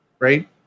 right